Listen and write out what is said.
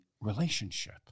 relationship